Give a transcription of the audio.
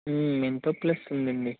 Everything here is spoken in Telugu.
మెంతో ప్లస్ ఉందండి